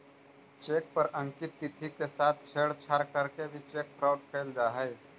cheque पर अंकित तिथि के साथ छेड़छाड़ करके भी चेक फ्रॉड कैल जा हइ